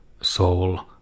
soul